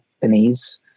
companies